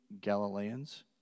Galileans